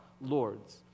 Lords